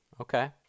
Okay